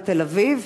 בתל-אביב,